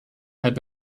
had